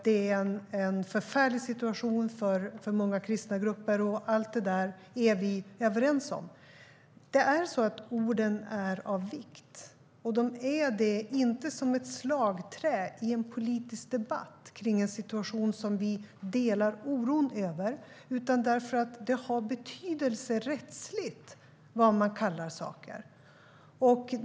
Det är en förfärlig situation för många kristna grupper - vi är överens om allt detta. Ord är av vikt, inte som ett slagträ i en politisk debatt om en situation som vi delar oron över utan därför att det har betydelse rättsligt vad man kallar saker.